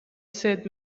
said